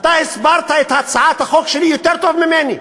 אתה הסברת את הצעת החוק שלי יותר טוב ממני.